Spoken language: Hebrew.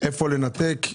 מי הורה ואיפה לנתק,